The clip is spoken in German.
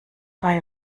bei